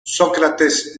sócrates